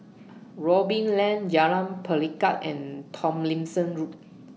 Robin Lane Jalan Pelikat and Tomlinson Road